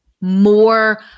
more